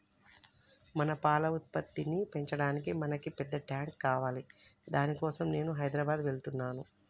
మన పాల ఉత్పత్తిని పెంచటానికి మనకి పెద్ద టాంక్ కావాలి దాని కోసం నేను హైదరాబాద్ వెళ్తున్నాను